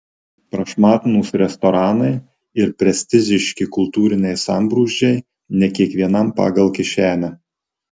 prašmatnūs restoranai ir prestižiški kultūriniai sambrūzdžiai ne kiekvienam pagal kišenę